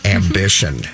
ambition